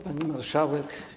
Pani Marszałek!